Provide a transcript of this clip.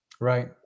Right